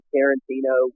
Tarantino